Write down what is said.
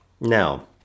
Now